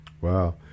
Wow